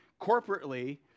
Corporately